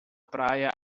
praia